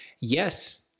Yes